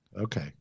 Okay